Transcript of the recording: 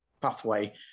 pathway